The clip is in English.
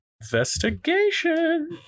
Investigation